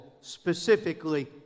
specifically